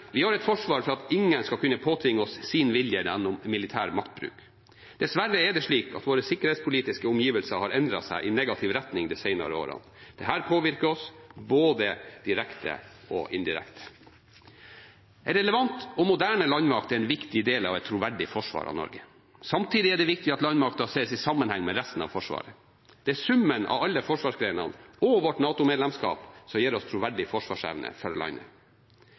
Vi har et forsvar for at ingen skal kunne påtvinge oss sin vilje gjennom militær maktbruk. Dessverre er det slik at våre sikkerhetspolitiske omgivelser har endret seg i negativ retning de senere årene. Dette påvirker oss – både direkte og indirekte. En relevant og moderne landmakt er en viktig del av et troverdig forsvar av Norge. Samtidig er det viktig at landmakten ses i sammenheng med resten av Forsvaret. Det er summen av alle forsvarsgrenene – og vårt NATO-medlemskap – som gir oss en troverdig forsvarsevne for landet.